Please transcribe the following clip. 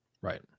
Right